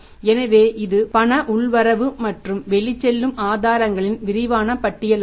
எனவே இது பண உள்வரவு மற்றும் வெளிச்செல்லும் ஆதாரங்களின் விரிவான பட்டியல் ஆகும்